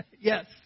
Yes